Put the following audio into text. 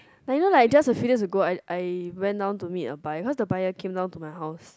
like you know like just a few days ago I I when down to meet a buyer because a buyer came down to my house